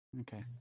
okay